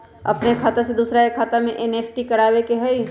अपन खाते से दूसरा के खाता में एन.ई.एफ.टी करवावे के हई?